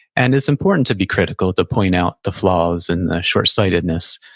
and it's important to be critical, to point out the flaws and the shortsightedness,